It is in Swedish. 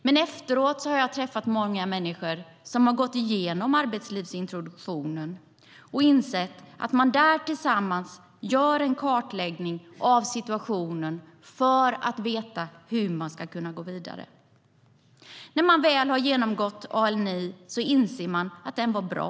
Men efteråt har jag träffat många människor som har gått igenom arbetslivsintroduktionen och insett att de tillsammans har kunnat göra en kartläggning av situationen för att veta hur de ska gå vidare. När de väl har genomgått ALI inser de att den var bra.